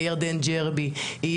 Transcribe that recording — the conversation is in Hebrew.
ירדן ג'רבי,